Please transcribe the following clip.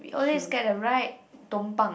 we always get a ride tompang